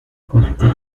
consulter